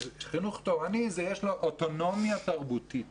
חינוך תורני שיש לו אוטונומיה תרבותית.